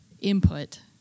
input